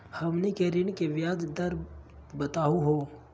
हमनी के ऋण के ब्याज दर बताहु हो?